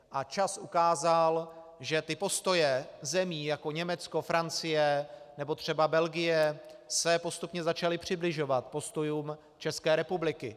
A čas ukázal, že postoje zemí jako Německo, Francie nebo třeba Belgie se postupně začaly přibližovat postojům České republiky.